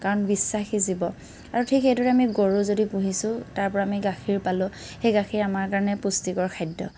কাৰণ বিশ্বাসী জীৱ আৰু ঠিক সেইদৰে আমি গৰু যদি পুহিছোঁ তাৰ পৰা আমি গাখীৰ পালোঁ সেই গাখীৰ আমাৰ কাৰণে পুষ্টিকৰ খাদ্য়